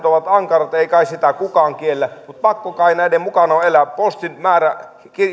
ovat ankarat ei kai sitä kukaan kiellä mutta pakko kai näiden mukana on elää postin määrä